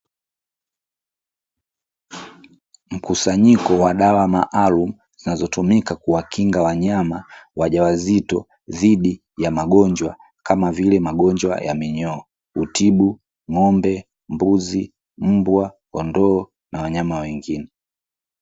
Mkusanyiko wa dawa maalumu zinazotumika kuwakinga wanyama wajawazito dhidi ya magonjwa, kama vile magonjwa ya minyoo hutibu ng'ombe, mbuzi, mbwa, kondoo na wanyama wengine.